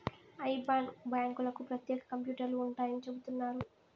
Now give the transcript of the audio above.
IBAN బ్యాంకులకు ప్రత్యేక కంప్యూటర్లు ఉంటాయని చెబుతున్నారు